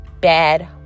bad